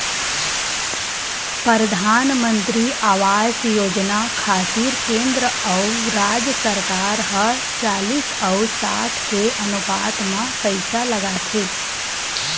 परधानमंतरी आवास योजना खातिर केंद्र अउ राज सरकार ह चालिस अउ साठ के अनुपात म पइसा लगाथे